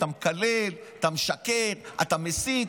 אתה מקלל, אתה משקר, אתה מסית.